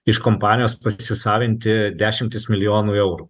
iš kompanijos pasisavinti dešimtis milijonų eurų